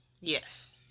Yes